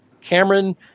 Cameron